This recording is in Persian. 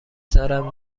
زارن